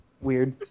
Weird